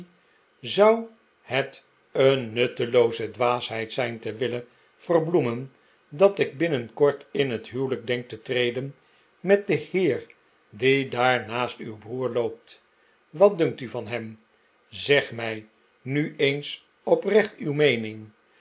zou het een nuttelooze dwaasheid zijn te willen verbloemen dat ik binnenkort in het huwelijk denk te treden met den heer die daar naast uw broer loopt wat dunkt u van hem zeg mij nu eens oprecht uw meening